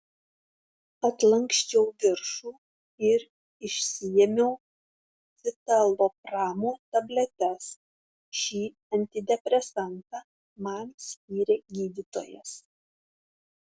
atlanksčiau viršų ir išsiėmiau citalopramo tabletes šį antidepresantą man skyrė gydytojas